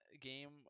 game